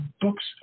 books